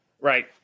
Right